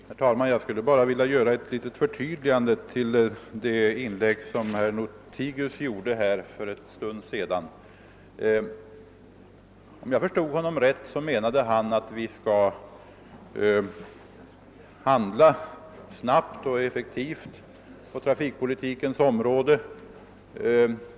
Herr talman! Jag skulle bara vilja göra ett litet förtydligande till de inlägg som herr Lothigius gjorde för en stund sedan. Om jag förstod honom rätt menade han att vi på trafikpolitikens område skall handla snabbt och effektivt.